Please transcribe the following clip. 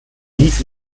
dies